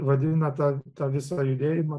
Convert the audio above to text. vadina tą tą visą judėjimą